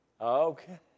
Okay